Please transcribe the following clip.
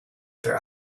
their